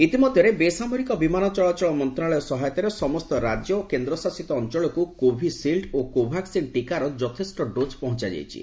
ଇତିମଧ୍ୟରେ ବେସାମରିକ ବିମାନ ଚଳାଚଳ ମନ୍ତ୍ରାଳୟ ସହାୟତାରେ ସମସ୍ତ ରାଜ୍ୟ ଓ କେନ୍ଦ୍ରଶାସିତ ଅଞ୍ଚଳକୁ କୋଭିସିଲ୍ଡ୍ ଏବଂ କୋଭାକ୍ସିନ୍ ଟିକାର ଯଥେଷ୍ଟ ଡୋଜ୍ ପହଞ୍ଚାଯାଇଛି